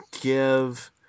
give